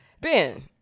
Ben